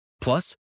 Plus